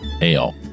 ale